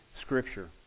Scripture